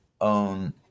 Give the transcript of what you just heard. own